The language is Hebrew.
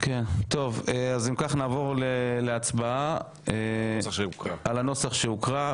אם כך, נעבור להצבעה על הנוסח שהוקרא.